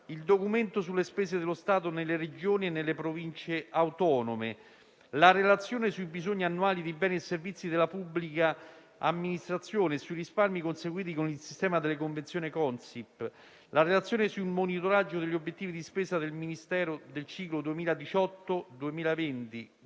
il documento sulle spese dello Stato nelle Regioni e nelle Province autonome; la relazione sui bisogni annuali di beni e servizi della pubblica amministrazione e sui risparmi conseguiti con il sistema delle convenzioni Consip; la relazione sul monitoraggio degli obiettivi di spesa del Ministero del ciclo 2018-2020,